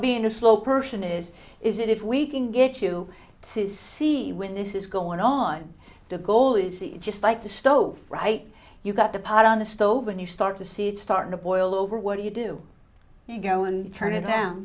being a slow person is is if we can get you to see when this is going on the goal is just like the stove right you've got the pot on the stove and you start to see it start to boil over what do you do you go and turn it